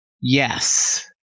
yes